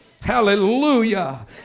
Hallelujah